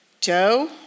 Joe